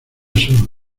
sur